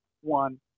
one